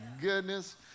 goodness